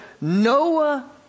Noah